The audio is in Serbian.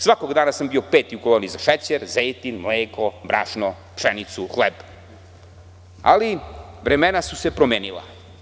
Svakog dana sam bio peti u koloni za šećer, zejtin, mleko, brašno, pšenicu, hleb, ali vremena su se promenila.